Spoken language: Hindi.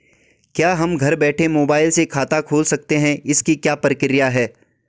क्या हम घर बैठे मोबाइल से खाता खोल सकते हैं इसकी क्या प्रक्रिया है?